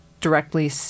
directly